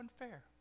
unfair